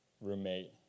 roommate